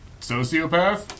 sociopath